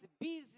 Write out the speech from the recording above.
busy